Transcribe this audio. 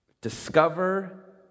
Discover